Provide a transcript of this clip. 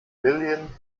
million